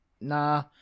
nah